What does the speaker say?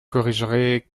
corrigerez